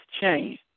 change